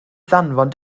ddanfon